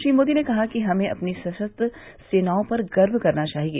श्री मोदी ने कहा कि हमें अपनी सशस्त्र सेनाओं पर गर्व करना चाहिए